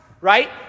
right